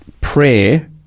prayer